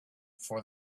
for